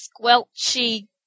squelchy